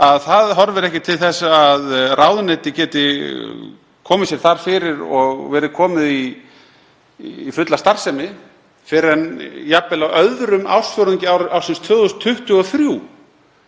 að ekki horfir til þess að ráðuneytið geti komið sér þar fyrir og verið komið í fulla starfsemi fyrr en jafnvel á öðrum ársfjórðungi ársins 2023.